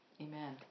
Amen